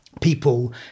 people